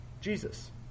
Jesus